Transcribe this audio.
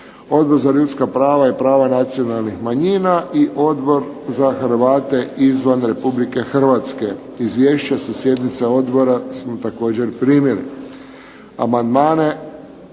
Odbor za ljudska prava i prava nacionalnih manjina i Odbor za Hrvate izvan Republike Hrvatske. Izvješća sa sjednica odbora smo također primili.